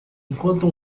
enquanto